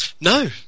No